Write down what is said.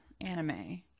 anime